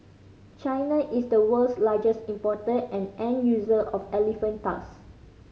China is the world's largest importer and end user of elephant tusk